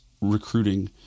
recruiting